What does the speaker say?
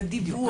זה דיווח,